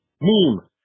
Meme